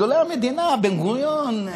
גדולי המדינה: בן-גוריון,